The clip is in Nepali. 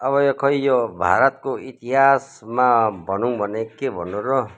अब यो खोइ यो भारतको इतिहासमा भनौँ भने के भन्नु र